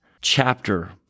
chapter